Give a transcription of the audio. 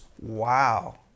wow